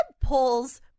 pulls